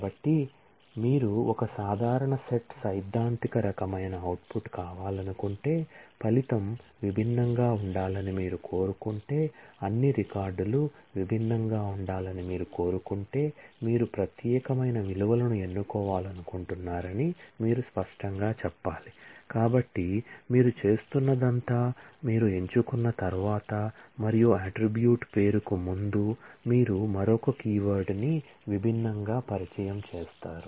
కాబట్టి మీరు ఒక సాధారణ సెట్ సైద్ధాంతిక రకమైన అవుట్పుట్ ని విభిన్నంగా పరిచయం చేస్తారు